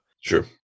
Sure